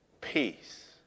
Peace